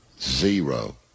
Zero